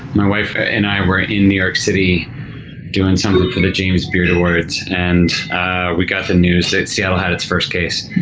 my wife and i were in new york city doing something for the james beard awards. and we got the news that seattle had its first case.